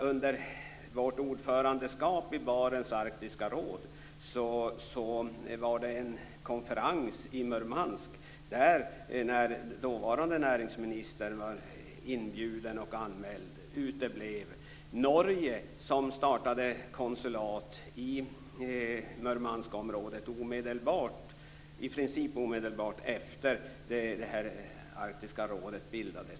Under vårt ordförandeskap i Barents arktiska råd hölls det en konferens i Murmansk. Dåvarande näringsministern var inbjuden och anmäld, men han uteblev. Norge inrättade ett konsulat i Murmanskområdet i princip omedelbart efter det att arktiska rådet bildades.